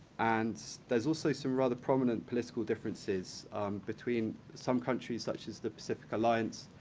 and there's also some rather prominent political differences between some countries, such as the pacific alliance,